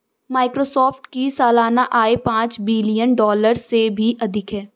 Microsoft की सालाना आय पांच बिलियन डॉलर से भी अधिक है